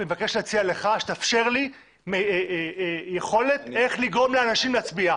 להציע לך שתאפשר לי יכולת איך לגרום לאנשים להצביע.